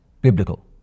biblical